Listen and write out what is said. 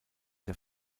der